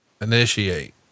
initiate